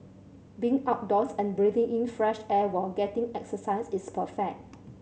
being outdoors and breathing in fresh air while getting exercise is perfect